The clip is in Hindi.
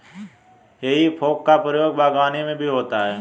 हेइ फोक का प्रयोग बागवानी में भी होता है